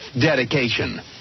dedication